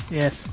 yes